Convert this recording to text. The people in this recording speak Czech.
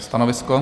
Stanovisko?